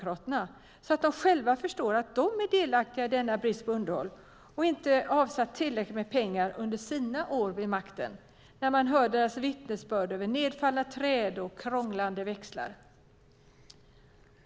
Man hör deras vittnesbörd om nedfallna träd och krånglande växlar.